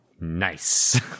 Nice